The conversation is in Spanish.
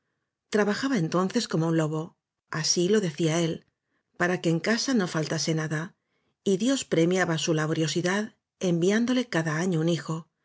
bajaba entonces como u i lobo así lo decía él para que en casa no faltase nada y dios pre miaba su laboriosidad enviándole cada año un hijo